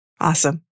Awesome